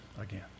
again